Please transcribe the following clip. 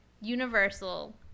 Universal